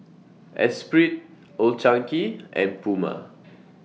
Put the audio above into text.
Espirit Old Chang Kee and Puma